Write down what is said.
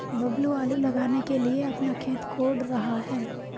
बबलू आलू लगाने के लिए अपना खेत कोड़ रहा है